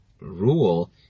rule